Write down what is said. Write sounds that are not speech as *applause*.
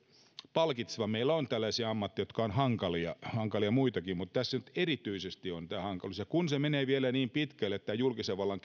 palkitseva meillä on muitakin tällaisia ammatteja jotka ovat hankalia hankalia mutta tässä nyt erityisesti on tämä hankaluus ja kun se menee vielä niin pitkälle tähän julkisen vallan *unintelligible*